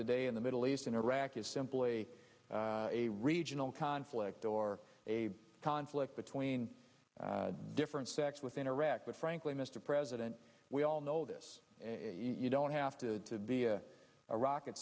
today in the middle east in iraq is simply a regional conflict or a conflict between different sects within iraq but frankly mr president we all know this and you don't have to be a a rocket